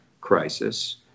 crisis